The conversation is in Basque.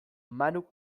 manuk